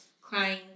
crying